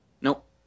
Nope